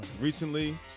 Recently